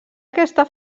aquesta